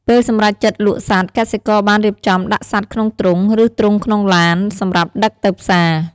ពេលសម្រេចចិត្តលក់សត្វ កសិករបានរៀបចំដាក់សត្វក្នុងទ្រុង ឬទ្រុងក្នុងឡាន សម្រាប់ដឹកទៅផ្សារ។